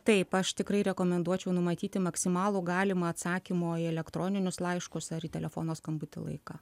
taip aš tikrai rekomenduočiau numatyti maksimalų galimą atsakymo į elektroninius laiškus ar telefono skambutį laiką